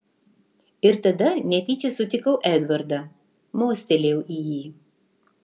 ir tada netyčia sutikau edvardą mostelėjau į jį